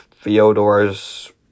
Fyodor's